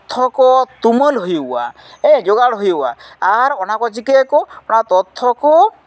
ᱠᱚ ᱛᱩᱢᱟᱹᱞ ᱦᱩᱭᱩᱜᱼᱟ ᱦᱮᱸ ᱡᱳᱜᱟᱲ ᱦᱩᱭᱩᱜᱼᱟ ᱟᱨ ᱚᱱᱟ ᱠᱚ ᱪᱤᱠᱟᱹᱭᱟᱠᱚ ᱚᱱᱟ ᱛᱚᱛᱛᱷᱚ ᱠᱚ